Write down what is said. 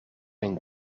een